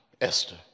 Esther